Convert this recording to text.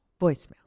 voicemail